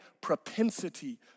propensity